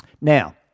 now